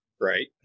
right